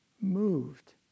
moved